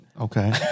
Okay